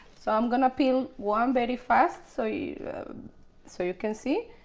so um going to peel one very fast so you so you can see.